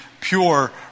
pure